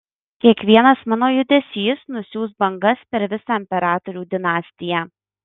kiekvienas mano judesys nusiųs bangas per visą imperatorių dinastiją